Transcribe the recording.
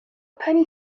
penny